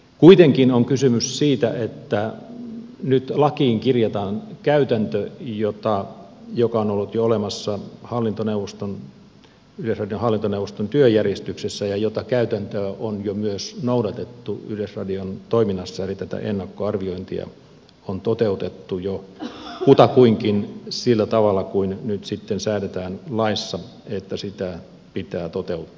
kuitenkin on kysymys siitä että nyt lakiin kirjataan käytäntö joka on ollut jo olemassa yleisradion hallintoneuvoston työjärjestyksessä ja jota käytäntöä on jo myös noudatettu yleisradion toiminnassa eli tätä ennakkoarviointia on toteutettu jo kutakuinkin sillä tavalla kuin nyt sitten säädetään laissa että sitä pitää toteuttaa